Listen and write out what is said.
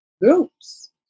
groups